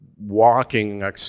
walking